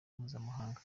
mpuzamahanga